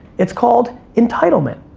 it's called entitlement.